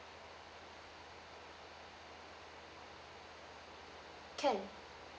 can